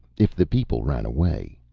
if the people ran away,